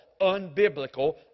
unbiblical